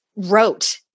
wrote